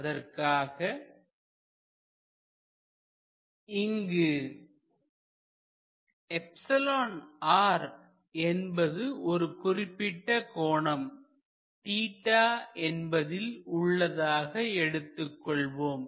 அதற்காக இங்கு என்பது ஒரு குறிப்பிட்ட கோணம் என்பதில் உள்ளதாக எடுத்துக் கொள்வோம்